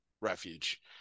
refuge